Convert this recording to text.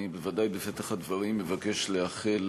אני בוודאי בפתח הדברים מבקש לאחל